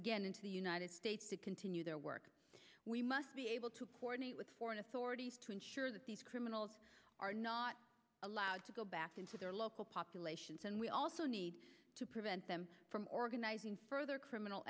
again into the united states to continue their work we must be able to coordinate with foreign authorities to ensure that these criminals are not allowed to go back into their local populations and we also need to prevent them from organizing further criminal